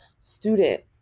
student